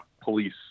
police